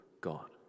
God